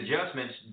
adjustments